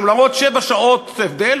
למרות שבע שעות הבדל,